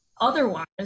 Otherwise